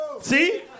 See